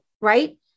right